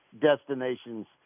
destinations